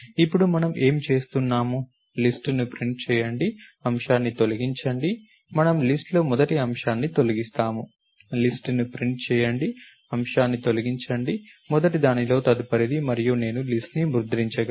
అప్పుడు మనము ఏమి చేస్తున్నాము లిస్ట్ ను ప్రింట్ చేయండి అంశాన్ని తొలగించండి మనము లిస్ట్ లో మొదటి అంశాన్ని తొలగిస్తాము లిస్ట్ ను ప్రింట్ చేయండి అంశాన్ని తొలగించండి మొదటిదానిలో తదుపరిది మరియు నేను లిస్ట్ ను ముద్రించగలను